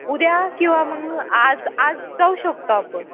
उद्या किंवा मग आज आज जाऊ शकतो आपण